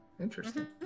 Interesting